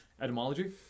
Etymology